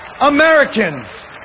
Americans